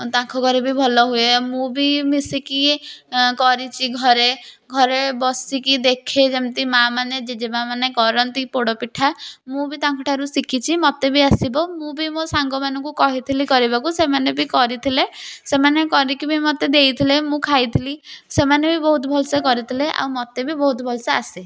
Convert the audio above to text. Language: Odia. ତାଙ୍କ ଘରେ ବି ଭଲ ହୁଏ ମୁଁ ବି ମିଶିକି କରିଚି ଘରେ ଘରେ ବସିକି ଦେଖେ ଯେମିତି ମାଆମାନେ ଜେଜେମାଆମାନେ କରନ୍ତି ପୋଡ଼ପିଠା ମୁଁ ବି ତାଙ୍କଠାରୁ ଶିଖିଛି ମୋତେ ବି ଆସିବ ମୁଁ ବି ମୋ ସାଙ୍ଗମାନଙ୍କୁ କହିଥିଲି କରିବାକୁ ସେମାନେ ବି କରିଥିଲେ ସେମାନେ କରିକି ବି ମୋତେ ଦେଇଥିଲେ ମୁଁ ଖାଇଥିଲି ସେମାନେ ବି ବହୁତ ଭଲସେ କରିଥିଲେ ଆଉ ମୋତେ ବି ବହୁତ ଭଲସେ ଆସେ